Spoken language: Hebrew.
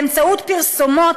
באמצעות פרסומות,